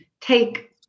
take